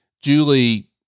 Julie